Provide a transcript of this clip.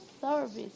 service